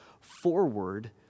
Forward